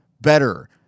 better